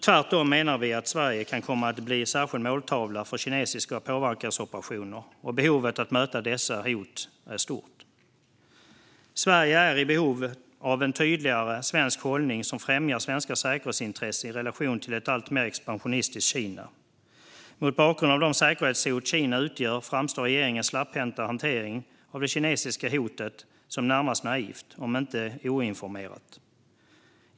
Tvärtom menar vi att Sverige kan komma att bli en särskild måltavla för kinesiska påverkansoperationer, och behovet av att möta dessa hot är stort. Sverige är i behov av en tydligare svensk hållning som främjar svenska säkerhetsintressen i relationen till ett alltmer expansionistiskt Kina. Mot bakgrund av det säkerhetshot Kina utgör framstår regeringens slapphänta hantering av det kinesiska hotet som närmast naiv, om inte oinformerad.